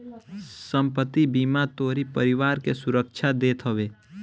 संपत्ति बीमा तोहरी परिवार के सुरक्षा देत हवे